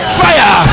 fire